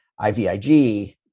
IVIG